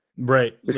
right